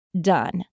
Done